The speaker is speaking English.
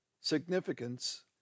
significance